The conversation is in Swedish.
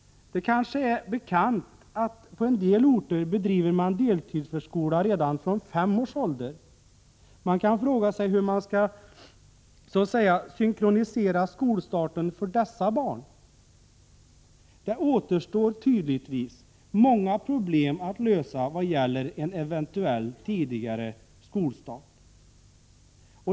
Det kanske är bekant att man på en del orter bedriver deltidsförskola redan från fem års ålder. Man kan fråga sig hur skolstarten skall så att säga synkroniseras för dessa barn. Det återstår tydligtvis många problem att lösa när det gäller en eventuell tidigare skolstart.